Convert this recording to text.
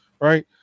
right